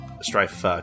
strife